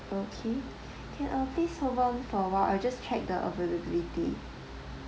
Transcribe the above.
okay can uh please hold on for awhile I'll just check the availability